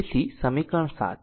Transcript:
તેથી આ સમીકરણ 7 છે